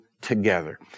together